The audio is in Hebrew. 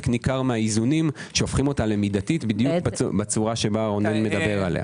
ניכר מהאיזונים שהופכים אותה למידתית בדיוק בצורה שבה הוא מדבר עליה.